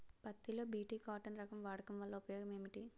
పత్తి లో BT cotton రకం వాడకం వల్ల ఉపయోగం ఏమిటి?